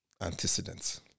Antecedents